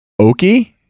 okie